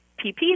PP